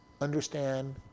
understand